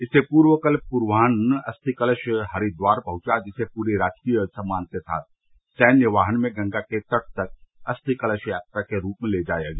इससे पूर्व कल पूर्वाह्न अस्थि कलश हरिद्वार पहुंचा जिसे पूरे राजकीय सम्मान के साथ सैन्य वाहन में गंगा के घाट तक अस्थि कलश यात्रा के रूप में ले जाया गया